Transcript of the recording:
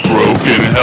Broken